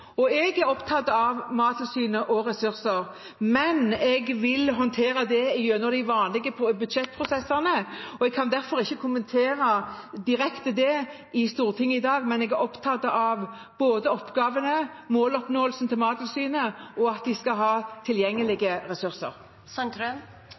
Jeg er opptatt av Mattilsynet og ressurser, men jeg vil håndtere det gjennom de vanlige budsjettprosessene. Jeg kan derfor ikke kommentere det direkte i Stortinget i dag. Men jeg er opptatt av både oppgavene og måloppnåelsen til Mattilsynet og av at de skal ha